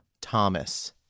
Thomas